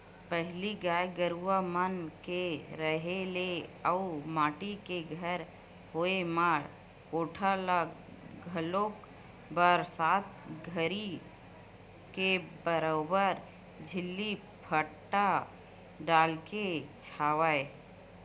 पहिली गाय गरुवा मन के रेहे ले अउ माटी के घर होय म कोठा ल घलोक बरसात घरी के बरोबर छिल्ली फाटा डालके छावय